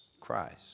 Christ